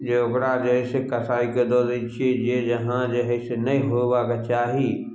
जे ओकरा जे हइसे कसाइके दअ दै छियै जे जहाँ जे हइ से नहि होयबाके चाही